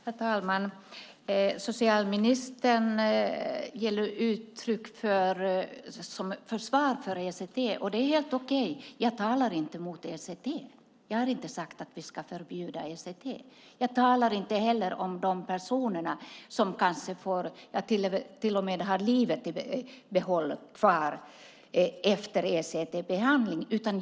Herr talman! Socialministern ger nu uttryck för ett försvar för ECT, och det är helt okej - jag talar inte mot ECT. Jag har inte sagt att vi ska förbjuda ECT. Jag talar inte heller om de personer som kanske till och med har livet i behåll efter en ECT-behandling.